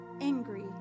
angry